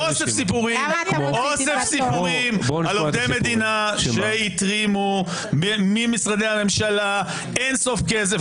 אוסף סיפורים על עובדי מדינה שהתרימו ממשרדי הממשלה אין-סוף כסף,